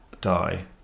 die